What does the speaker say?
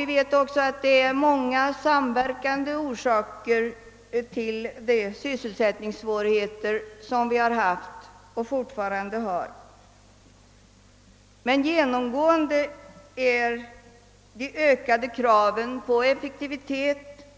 Vi vet också att det är många samverkande orsaker till de sysselsättningssvårigheter som vi har haft och fortfarande har, men en genomgående anledning är de ökade kraven på effektivitet